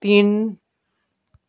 तिन